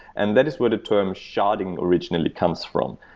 and that is where the term sharding originally comes from.